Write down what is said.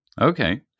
Okay